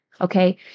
Okay